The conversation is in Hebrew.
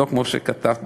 לא כמו שכתבת בטעות,